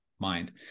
mind